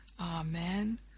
Amen